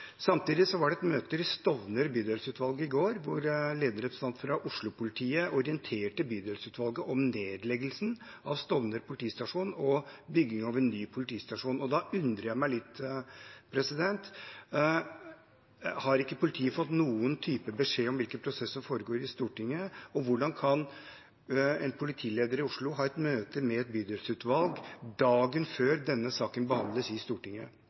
orienterte bydelsutvalget om nedleggelsen av Stovner politistasjon og bygging av en ny politistasjon. Da undrer jeg meg litt. Har ikke politiet fått noen type beskjed om hvilke prosesser som foregår i Stortinget? Hvordan kan en politileder i Oslo ha et møte med et bydelsutvalg dagen før denne saken behandles i Stortinget?